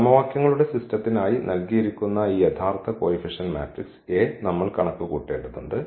സമവാക്യങ്ങളുടെ സിസ്റ്റത്തിനായി നൽകിയിരിക്കുന്ന ഈ യഥാർത്ഥ കോയിഫിഷ്യന്റ് മാട്രിക്സ് A നമ്മൾ കണക്കുകൂട്ടേണ്ടതുണ്ട്